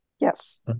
Yes